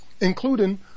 including